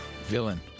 Villain